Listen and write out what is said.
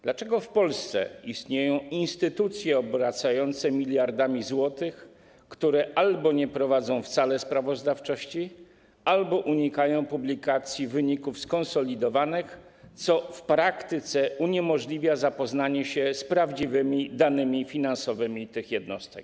Dlaczego w Polsce istnieją instytucje obracające miliardami złotych, które albo nie prowadzą wcale sprawozdawczości, albo unikają publikacji wyników skonsolidowanych, co w praktyce uniemożliwia zapoznanie się z prawdziwymi danymi finansowymi tych jednostek?